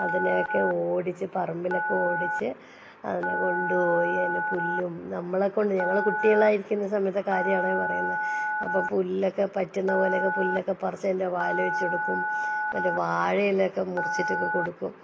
അതിനെ ഒക്കെ ഓടിച്ച് പറമ്പിലക്കെ ഓടിച്ച് അതിനെ കൊണ്ടു പോയി അതിനു പുല്ലും നമ്മളെ കൊണ്ട് ഞങ്ങൾ കുട്ടികളായിരിക്കുന്ന സമയത്തെ കാര്യമാണേ പറയുന്നേ അപ്പം പുല്ലക്കെ പറ്റുന്ന പോലക്കെ പുല്ലക്കെ പറിച്ച് അതിൻ്റെ വായില് വെച്ച് കൊടുക്കും മറ്റേ വാഴ ഇല ഒക്കെ മുറിച്ചിട്ടക്കെ കൊടുക്കും